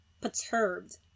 perturbed